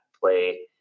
play